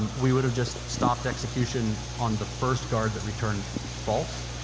we would have just stopped execution on the first guard that returned false.